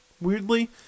weirdly